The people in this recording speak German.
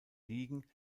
liegen